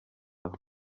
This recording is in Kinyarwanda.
aho